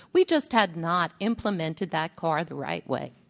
we just had not implemented that car the right way.